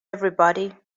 everybody